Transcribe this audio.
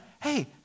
hey